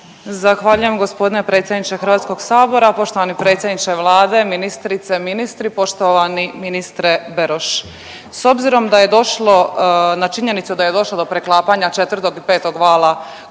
Zahvaljujem g. predsjedniče HS-a. Poštovani predsjedniče Vlade, ministrice, ministri, poštovani ministre Beroš. S obzirom da je došlo na činjenicu da je došlo do preklapanja 4. i 5. vala